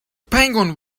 penguin